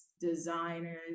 designers